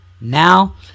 Now